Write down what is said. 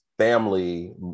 family